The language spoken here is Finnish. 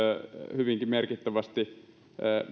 hyvinkin merkittävästi